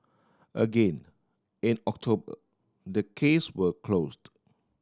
again in October the case were closed